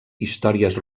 històries